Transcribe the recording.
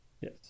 Yes